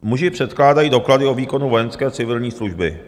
Muži předkládají doklady o výkonu vojenské civilní služby.